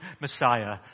Messiah